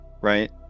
right